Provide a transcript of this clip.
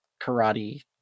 karate